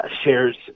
shares